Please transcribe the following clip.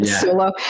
solo